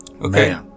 okay